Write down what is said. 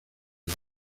los